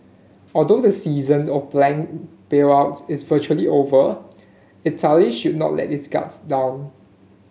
although the season of bank bailouts is virtually over Italy should not let its guard down